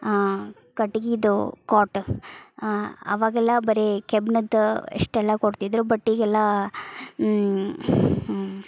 ಕಟ್ಗೆದು ಕ್ವಾಟ್ ಅವಾಗೆಲ್ಲ ಬರೇ ಕಬ್ಣದ್ದು ಅಷ್ಟೆಲ್ಲ ಕೊಡ್ತಿದ್ದರು ಬಟ್ ಈಗೆಲ್ಲ